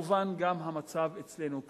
כמובן, גם המצב אצלנו כאן.